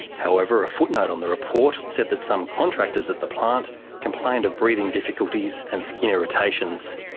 however, a footnote on the report said that some contractors at the plant complained of breathing difficulties and skin irritations.